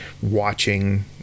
watching